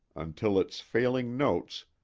until its failing notes,